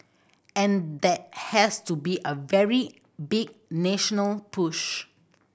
and that has to be a very big national push